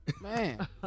Man